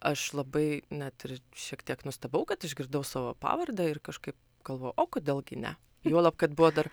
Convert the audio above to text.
aš labai net ir šiek tiek nustebau kad išgirdau savo pavardę ir kažkaip galvoju o kodėl gi ne juolab kad buvo dar